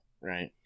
right